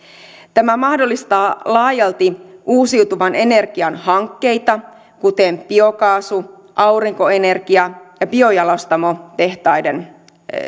tämä mahdollistaa laajalti uusiutuvan energian hankkeita kuten biokaasu aurinkoenergia ja biojalostamotehtaiden